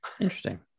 Interesting